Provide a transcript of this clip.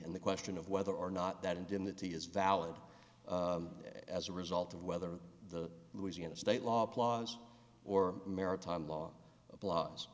and the question of whether or not that and in that t is valid as a result of whether the louisiana state law applies or maritime law applies